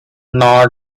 not